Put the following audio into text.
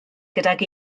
gydag